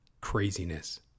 craziness